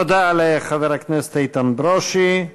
תודה לחבר הכנסת איתן ברושי.